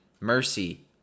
mercy